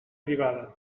privada